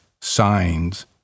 signs